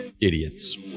idiots